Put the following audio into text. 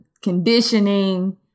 conditioning